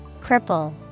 Cripple